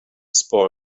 spoil